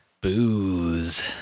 Booze